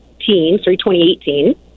2018